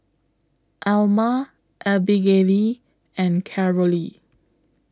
Alma Abigayle and Carolee